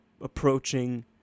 approaching